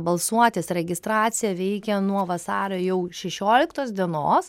balsuotis registracija veikia nuo vasario jau šešioliktos dienos